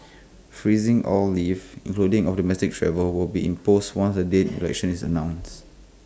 freezing all leave including domestic travel will be imposed once the date election is announced